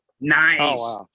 nice